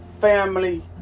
family